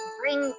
bring